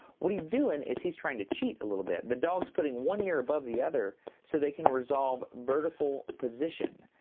what he's doing is he's trying to cheat a little bit. the dog's putting one year above the other so they can resolve vertical position.